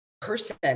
person